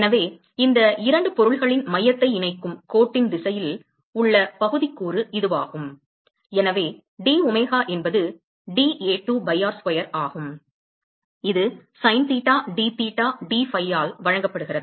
எனவே இந்த 2 பொருள்களின் மையத்தை இணைக்கும் கோட்டின் திசையில் உள்ள பகுதிக் கூறு இதுவாகும் எனவே d ஒமேகா என்பது dA2 பை r ஸ்கொயர் ஆகும் இது sin theta d theta d phi ஆல் வழங்கப்படுகிறது